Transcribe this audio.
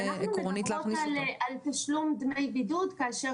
אז אנחנו מדברות על תשלום דמי בידוד כאשר